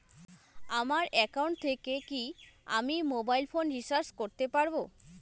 আমার একাউন্ট থেকে কি আমি মোবাইল ফোন রিসার্চ করতে পারবো?